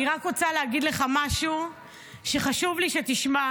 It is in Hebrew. אני רק רוצה להגיד לך משהו שחשוב לי שתשמע.